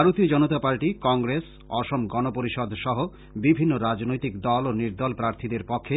ভারতীয় জনতা পার্টি কংগ্রেস অসম গন পরিষদসহ বিভিন্ন রাজনৈতিক দল ও নির্দল প্রাথীদের পক্ষে